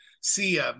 see